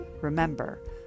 Remember